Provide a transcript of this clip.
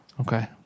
Okay